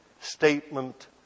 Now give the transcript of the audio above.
statement